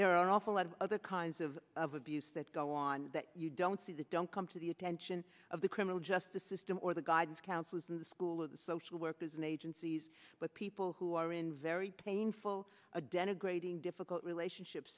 an awful lot of other kinds of of abuse that go on that you don't see the don't come to the attention of the criminal justice system or the guidance counselors in the school or the social workers and agencies but people who are in very painful a denigrating difficult relationship